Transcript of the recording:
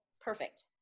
Perfect